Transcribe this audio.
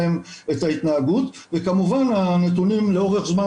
הוא מתחיל לאסוף עליהם את כל הנתונים הרלוונטיים,